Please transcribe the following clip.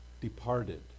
departed